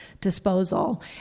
disposal